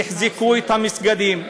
תִחזקו את המסגדים.